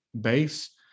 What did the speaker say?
base